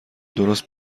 درست